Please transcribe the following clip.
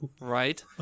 right